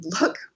look